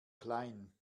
klein